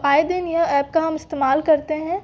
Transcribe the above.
आए दिन यह ऐप का हम इस्तेमाल करते हैं